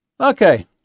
okay